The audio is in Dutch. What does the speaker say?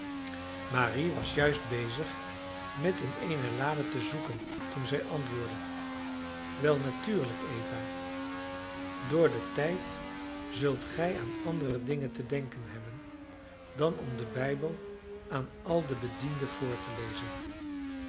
marie was juist bezig met in eene lade te zoeken toen zij antwoordde wel natuurlijk eva door den tijd zult gij aan andere dingen te denken hebben dan om den bijbel aan al de bedienden voor te lezen